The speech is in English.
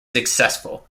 successful